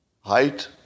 Height